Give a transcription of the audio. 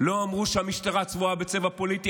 לא אמרו שהמשטרה צבועה בצבע פוליטי,